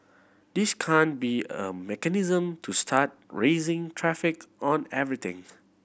this can't be a mechanism to start raising tariffs on everything